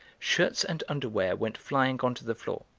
shirts and underwear went flying on to the floor.